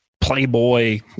playboy